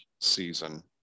season